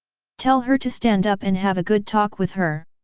tell her to stand up and have a good talk with her!